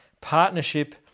Partnership